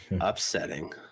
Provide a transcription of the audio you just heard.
upsetting